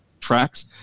tracks